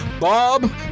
Bob